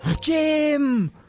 Jim